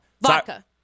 Vodka